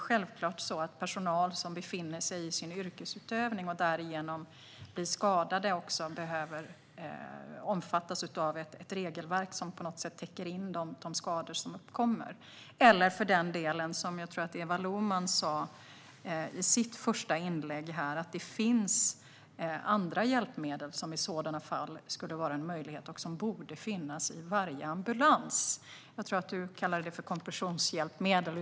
Självklart ska personal som skadas i sin yrkesutövning omfattas av ett regelverk som täcker in de skador som uppkommer. I sitt första inlägg sa Eva Lohman också att det finns hjälpmedel som borde finnas i varje ambulans. Jag kan inte detaljerna, men jag tror att hon kallade det kompressionshjälpmedel.